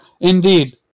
indeed